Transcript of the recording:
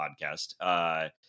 podcast